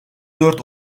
dört